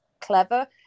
clever